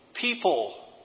People